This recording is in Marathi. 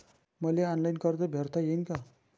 मले ऑनलाईन कर्ज भरता येईन का?